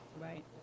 right